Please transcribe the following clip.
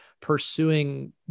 pursuing